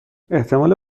احتمال